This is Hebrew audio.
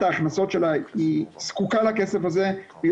מבחינת ההכנסות שלה זקוקה לכסף הזה והיא